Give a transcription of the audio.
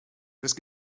just